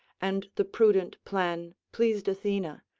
and the prudent plan pleased athena,